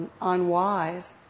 unwise